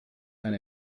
eine